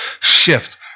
shift